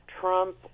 Trump